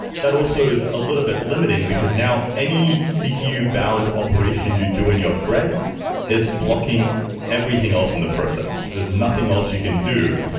that also is a little bit limiting, because now any cpu bound operation you do in your thread is blocking everything else in the process. there's nothing else you can do.